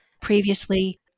previously